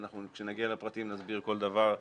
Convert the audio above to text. כשנגיע לפרטים, נסביר כל דבר.